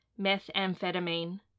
methamphetamine